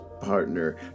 partner